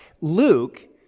Luke